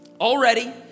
already